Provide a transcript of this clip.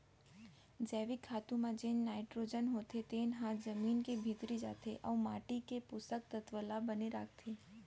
जैविक खातू म जेन नाइटरोजन होथे तेन ह जमीन के भीतरी जाथे अउ माटी के पोसक तत्व ल बने राखथे